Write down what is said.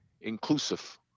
inclusive